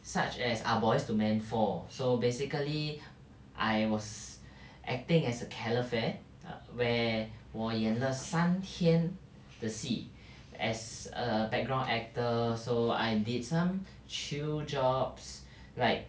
such as ah boys to men four so basically I was acting as a calefare err where 我演了三天的戏 as a background actor so I did some chill jobs like